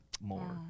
More